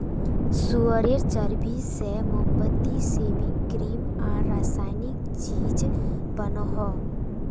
सुअरेर चर्बी से मोमबत्ती, सेविंग क्रीम आर रासायनिक चीज़ बनोह